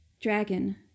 Dragon